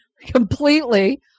completely